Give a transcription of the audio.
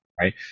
Right